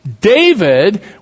David